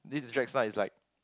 this drag star is like